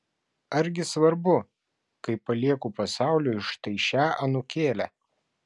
argi svarbu kai palieku pasauliui štai šią anūkėlę